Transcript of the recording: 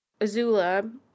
Azula